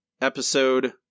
episode